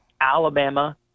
Alabama